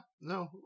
no